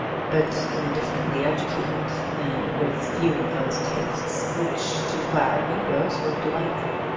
but indifferently educated, and with few of those tastes which to clara amedroz were delightful.